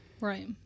Right